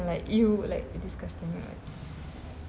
like you like disgusting